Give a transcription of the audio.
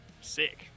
Sick